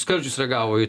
skardžius reagavo į